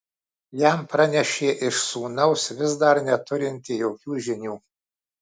jam pranešė iš sūnaus vis dar neturinti jokių žinių